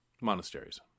Monasteries